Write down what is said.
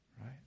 right